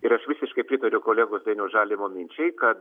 ir aš visiškai pritariu kolegos dainiaus žalimo minčiai kad